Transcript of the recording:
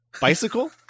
Bicycle